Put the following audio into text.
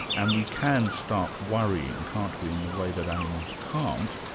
and we can start worrying, can't we, in the way that animals can't,